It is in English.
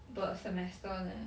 per semester leh